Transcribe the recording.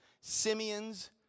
Simeon's